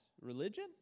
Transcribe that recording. religion